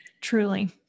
Truly